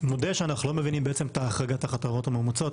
מודה שאנחנו לא מבינים בעצם את ההחרגה תחת ההוראות המאומצות.